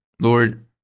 Lord